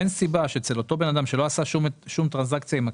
אין סיבה שאצל אותו בן אדם שלא עשה שום טרנזקציה עם הקרקע,